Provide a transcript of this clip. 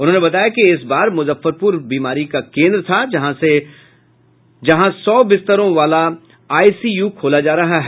उन्होंने बताया कि इस बार मुजफ्फरपुर बीमारी का केन्द्र था जहां सौ बिस्तरों वाले बाल आईसीयू खोला जा रहा है